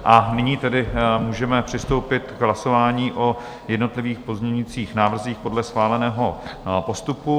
A nyní tedy můžeme přistoupit k hlasování o jednotlivých pozměňujících návrzích podle schváleného postupu.